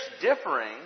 differing